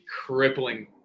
crippling